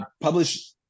publish